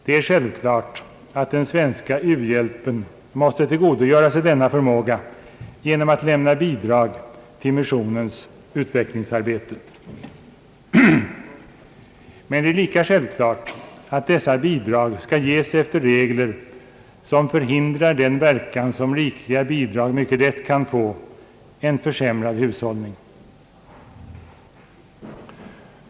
Det är självklart att den svenska u-hjälpen måste tillgodogöra sig denna förmåga genom att lämna bidrag till missionens utvecklingsarbete. Men det är lika självklart att dessa bidrag skall ges efter regler som förhindrar den verkan som rikliga bidrag mycket tätt kan få — en försämrad hushållning.